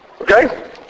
Okay